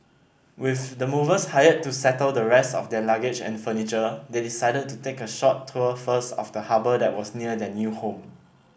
with the movers hired to settle the rest of their luggage and furniture they decided to take a short tour first of the harbour that was near their new home